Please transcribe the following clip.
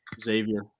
Xavier